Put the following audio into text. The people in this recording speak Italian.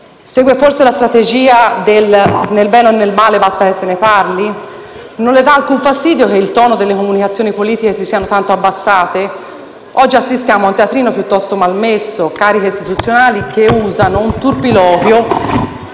Segue forse la strategia del «nel bene o nel male, basta che se ne parli»? Non le dà alcun fastidio che i toni delle comunicazioni politiche si siano tanto abbassati? Oggi assistiamo a un teatrino piuttosto malmesso con cariche istituzionali che usano turpiloquio